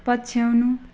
पछ्याउनु